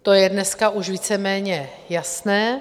To je dneska už víceméně jasné.